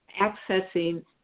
accessing